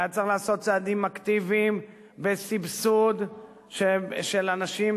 והיה צריך לעשות צעדים אקטיביים בסבסוד של אנשים,